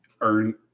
earn